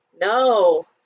No